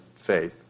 faith